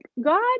God